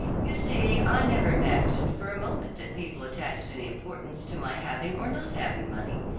you see i never imagined for a moment that people attached any importance to my having or not having money.